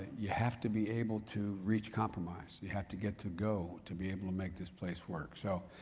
you have to be able to reach compromise. you have to get to go to be able to make this place work. so,